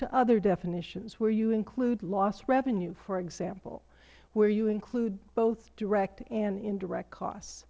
to other definitions where you include lost revenue for example where you include both direct and indirect cos